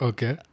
Okay